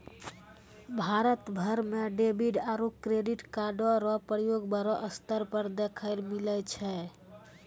भारत भर म डेबिट आरू क्रेडिट कार्डो र प्रयोग बड़ो स्तर पर देखय ल मिलै छै